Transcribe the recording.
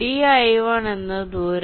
di1 എന്നത് ദൂരം